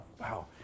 Wow